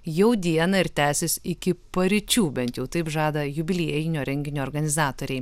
jau dieną ir tęsis iki paryčių bent jau taip žada jubiliejinio renginio organizatoriai